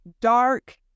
dark